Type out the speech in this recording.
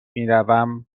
میروم